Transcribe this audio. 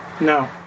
No